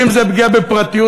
אם זאת פגיעה בפרטיות,